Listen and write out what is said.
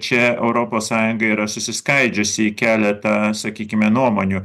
čia europos sąjunga yra susiskaidžiusi į keletą sakykime nuomonių